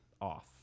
off